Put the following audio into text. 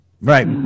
Right